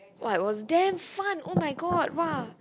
!wah! it was damn fun oh-my-god !wah!